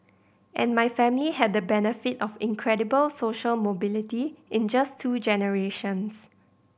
and my family had the benefit of incredible social mobility in just two generations